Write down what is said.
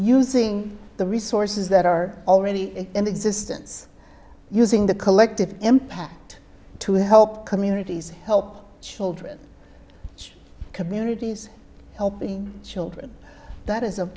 using the resources that are already in existence using the collective impact to help communities help children which communities helping children that is a